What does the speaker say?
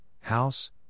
house